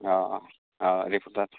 reporter